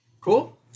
Cool